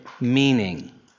meaning